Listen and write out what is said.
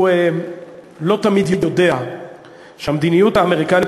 לא תמיד יודע שבמדיניות האמריקנית,